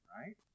right